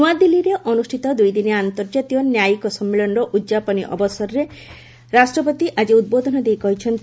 ନୂଆଦିଲ୍ଲୀରେ ଅନୁଷ୍ଠିତ ଦୁଇଦିନିଆ ଆର୍ନ୍ତଜାତୀୟ ନ୍ୟାୟିକ ସମ୍ମିଳନୀର ଉଦ୍ଯାପନୀ ଅଧିବେଶନରେ ରାଷ୍ଟ୍ରପତି ଆଜି ଉଦ୍ବୋଧନ ଦେଇଛନ୍ତି